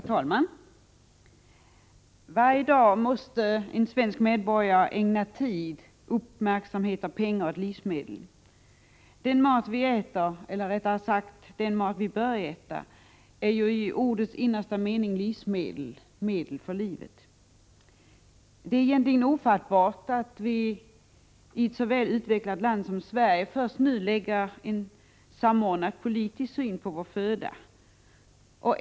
Herr talman! Varje dag måste varje svensk medborgare ägna tid, uppmärksamhet och pengar åt livsmedel. Den mat som vi äter — eller rättare sagt bör äta — är ju i ordets innersta mening livsmedel, medel för livet. Det är egentligen ofattbart att vi i ett så väl utvecklat land som Sverige först nu anlägger en samordnad politisk syn på vår föda.